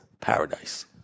paradise